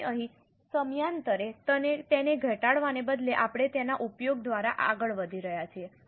તેથી અહીં સમયાંતરે તેને ઘટાડવાને બદલે આપણે તેના ઉપયોગ દ્વારા આગળ વધી રહ્યા છીએ